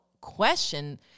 question